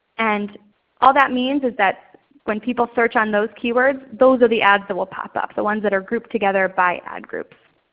and all that means is when people search on those keywords those are the ads that will pop up, the ones that are grouped together by ad groups.